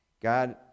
God